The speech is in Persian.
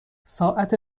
ساعت